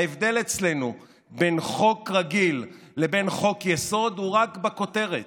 ההבדל אצלנו בין חוק רגיל לבין חוק-יסוד הוא רק בכותרת.